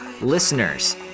listeners